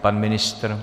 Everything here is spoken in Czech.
Pan ministr?